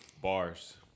Bars